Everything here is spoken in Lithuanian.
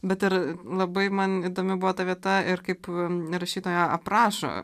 bet ir labai man įdomi buvo ta vieta ir kaip n rašytoja aprašo